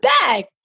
bag